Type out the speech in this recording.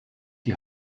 die